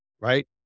right